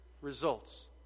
results